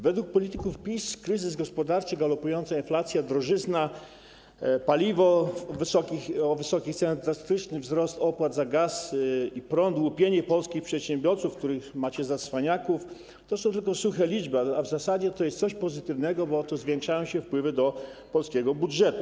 Według polityków PiS kryzys gospodarczy, galopująca inflacja, drożyzna, wysokie ceny paliwa, drastyczny wzrost opłat za gaz i prąd, łupienie polskich przedsiębiorców, których macie za cwaniaków, to są tylko suche liczby, a w zasadzie to jest coś pozytywnego, bo oto zwiększają się wpływy do polskiego budżetu.